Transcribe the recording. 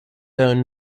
own